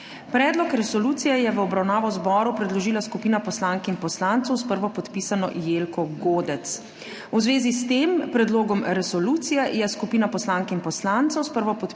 Predlog resolucije je v obravnavo zboru predložila skupina poslank in poslancev s prvopodpisano Jelko Godec. V zvezi s tem predlogom resolucije je skupina poslank in poslancev s prvopodpisano Jelko Godec